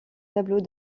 tableaux